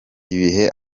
ibihe